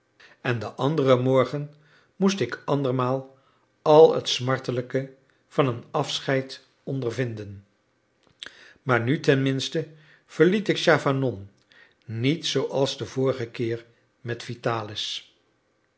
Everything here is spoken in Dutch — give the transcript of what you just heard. en den anderen morgen moest ik andermaal al het smartelijke van een afscheid ondervinden maar nu tenminste verliet ik chavanon niet zooals den vorigen keer met vitalis